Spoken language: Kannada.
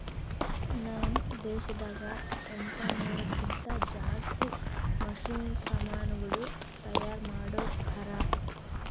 ನಾಮ್ ದೇಶದಾಗ ಎಂಟನೂರಕ್ಕಿಂತಾ ಜಾಸ್ತಿ ಮಷೀನ್ ಸಮಾನುಗಳು ತೈಯಾರ್ ಮಾಡೋರ್ ಹರಾ